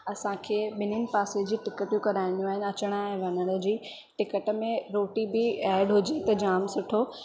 असांखे ॿिन्हीनि पासे जी टिकटियूं कराणियूं आहिनि अचनि ऐं वञण जी टिकट में रोटी बि एड हुजे त जाम सुठो